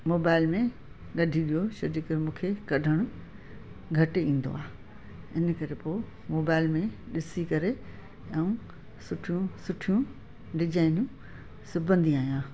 mobile में गढी ॾियो छो जे कर मूंखे कढण घटि ईंदो आहे इन करे पोइ मोबाइल में ॾिसी करे ऐं सुठियूं सुठियूं डिजाइनियूं सिबंदी आहियां